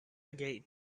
again